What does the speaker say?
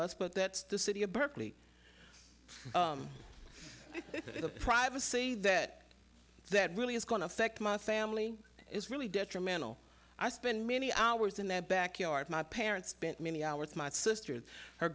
us but that's the city of berkeley the privacy that that really is going to affect my family is really detrimental i spend many hours in their backyard my parents spent many hours my sister and her